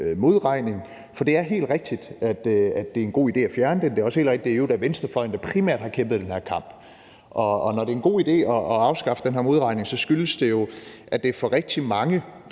modregningen. For det er helt rigtigt, at det er en god idé at fjerne den. Det er også helt rigtigt, at det i øvrigt er venstrefløjen, der primært har kæmpet den her kamp. Og når det er en god idé at fjerne den her modregning, skyldes det jo, at rigtig mange